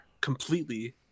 completely